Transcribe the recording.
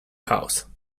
house